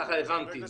ככה הבנתי.